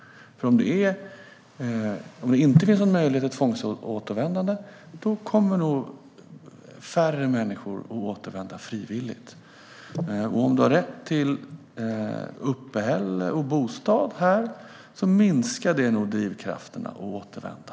Om det inte finns någon möjlighet till tvångsåtervändande kommer nog färre människor att återvända frivilligt, och om man har rätt till uppehälle och bostad här minskar det nog drivkrafterna att återvända.